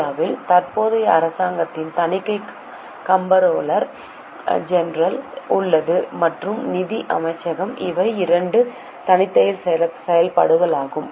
இந்தியாவில் தற்போதைய அரசாங்கத்திற்கு தணிக்கை கம்ப்ரோலர் ஜெனரல் உள்ளது மற்றும் நிதி அமைச்சகம் இவை இரண்டு தனித்தனி செயல்பாடுகளாகும்